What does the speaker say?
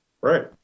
Right